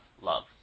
love